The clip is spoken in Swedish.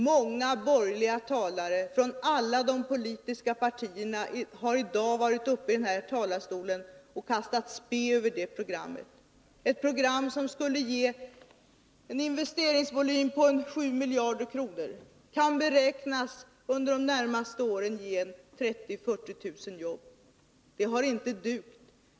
Många talare från alla de borgerliga politiska partierna har i dag varit uppe i kammarens talarstol och kastat spe över detta program — ett program som skulle ge en investeringsvolym på en 7 miljarder kronor och kan beräknas ge 30 000-40 000 jobb under de närmaste åren. Det har inte dugt.